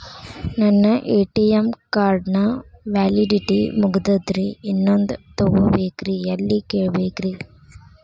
ನನ್ನ ATM card ನ validity ಮುಗದದ್ರಿ ಇನ್ನೊಂದು ತೊಗೊಬೇಕ್ರಿ ಎಲ್ಲಿ ಕೇಳಬೇಕ್ರಿ?